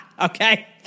Okay